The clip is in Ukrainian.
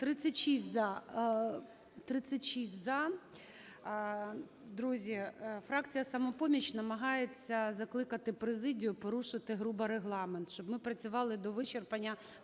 За-36 Друзі, фракція "Самопоміч" намагається закликати президію порушити грубо Регламент, щоб ми працювали до вичерпання